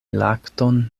lakton